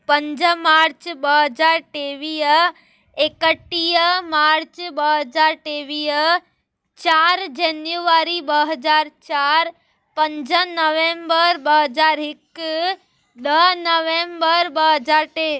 पंज मार्च ॿ हज़ार टेवीह एकटीह मार्च ॿ हज़ार टेवीह चारि जनवरी ॿ हज़ार चारि पंज नवेम्बर ॿ हज़ार हिकु ॿ नवेम्बर ॿ हज़ार टे